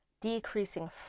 decreasing